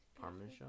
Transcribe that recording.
Parmesan